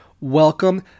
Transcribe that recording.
Welcome